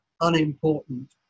unimportant